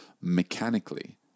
mechanically